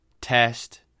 test